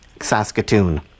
Saskatoon